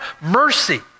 mercy